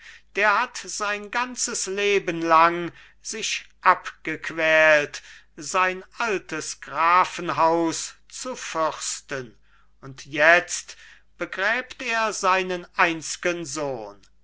der hat sein ganzes leben lang sich ab gequält sein altes grafenhaus zu fürsten und jetzt begräbt er seinen einzgen sohn